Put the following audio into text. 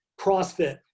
CrossFit